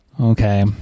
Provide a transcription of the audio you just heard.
okay